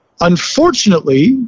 Unfortunately